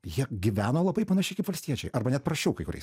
jie gyveno labai panašiai kaip valstiečiai arba net prasčiau kai kuriais